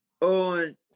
on